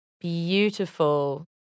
beautiful